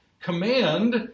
command